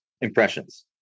impressions